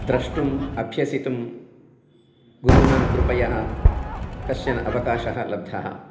द्रष्टुम् अभ्यसितुं गुरूणां कृपया कश्चनः अवकाशः लब्धः